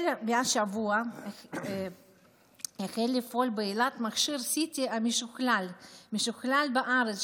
השבוע החל לפעול באילת מכשיר ה-CT המשוכלל בארץ,